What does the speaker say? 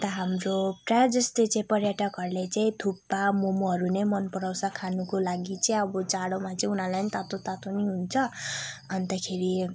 अन्त हाम्रो प्राय जस्तै चाहिँ पर्यटकहरूले थुक्पा मोमोहरू नै मन पराउँछ खानुको लागि चाहिँ अब जाडोमा चाहिँ उनीहरूलाई तातो तातो नि हुन्छ अन्तखेरि